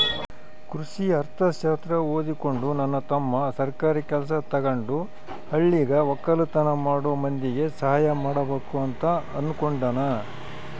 ಕೃಷಿ ಅರ್ಥಶಾಸ್ತ್ರ ಓದಿಕೊಂಡು ನನ್ನ ತಮ್ಮ ಸರ್ಕಾರಿ ಕೆಲ್ಸ ತಗಂಡು ಹಳ್ಳಿಗ ವಕ್ಕಲತನ ಮಾಡೋ ಮಂದಿಗೆ ಸಹಾಯ ಮಾಡಬಕು ಅಂತ ಅನ್ನುಕೊಂಡನ